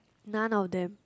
none of them